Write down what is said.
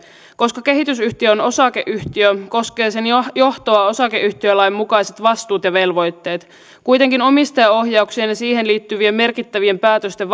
koska kehitysyhtiö on osakeyhtiö koskevat sen johtoa osakeyhtiö lain mukaiset vastuut ja velvoitteet kuitenkin omistajaohjauksen ja siihen liittyvien merkittävien päätösten